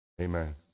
Amen